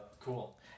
cool